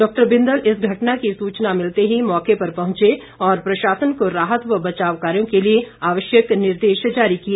doctor Bindal इस घटना की सूचना मिलते ही मौके पर पहुंचे और प्रशासन को राहत व बचाव कार्यों के लिए आवश्यक निर्देश जारी किए